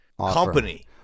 company